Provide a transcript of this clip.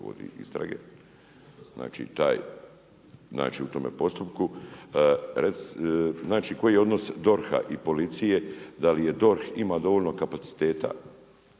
taj, znači u tome postupku. Znači koji je odnos DORH-a i policije, da li DORH ima dovoljno kapaciteta